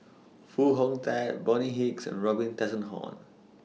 Foo Hong Tatt Bonny Hicks and Robin Tessensohn